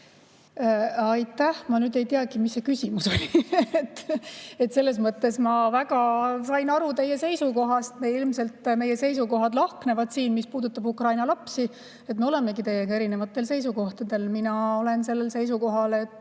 Aitäh! Ma nüüd ei teagi, mis see küsimus oli. Selles mõttes ma sain väga hästi aru teie seisukohast, ilmselt meie seisukohad lahknevad selles, mis puudutab Ukraina lapsi. Me olemegi teiega erinevatel seisukohtadel. Mina olen sellel seisukohal, et